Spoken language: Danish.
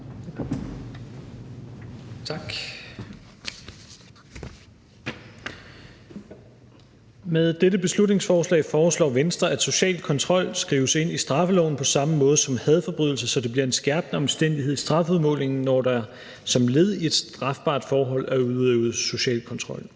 Med dette beslutningsforslag foreslår Venstre, at social kontrol skrives ind i straffeloven på samme måde som hadforbrydelse, så det bliver en skærpende omstændighed i strafudmålingen, når der som led i et strafbart forhold er udøvet social kontrol.